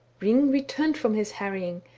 hring returned from his harrying,